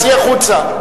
צאי החוצה.